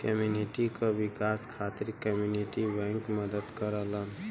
community क विकास खातिर कम्युनिटी बैंक मदद करलन